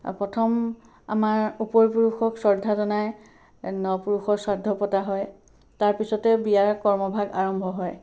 প্ৰথম আমাৰ উপৰিপুৰুষক শ্ৰদ্ধা জনাই ন পুৰুষৰ শ্ৰাদ্ধ পতা হয় তাৰপিছতে বিয়াৰ কৰ্মভাগ আৰম্ভ হয়